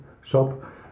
shop